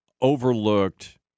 overlooked